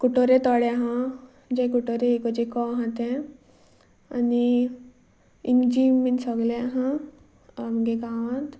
कुट्टोरे तळें आसा जें कुट्टरी इगर्जे कडेन आसा तें आनी इंगजीम बीन सगलें आसा आमच्या गांवांत